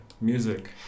Music